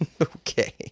Okay